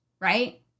right